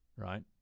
Right